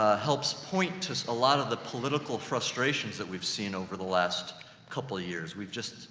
helps point to a lot of the political frustrations that we've seen over the last couple of years. we've just,